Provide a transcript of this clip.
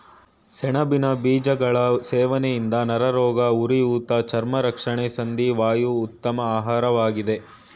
ಸೆಣಬಿನ ಬೀಜಗಳು ಸೇವನೆಯಿಂದ ನರರೋಗ, ಉರಿಊತ ಚರ್ಮ ರಕ್ಷಣೆ ಸಂಧಿ ವಾಯು ಉತ್ತಮ ಆಹಾರವಾಗಿದೆ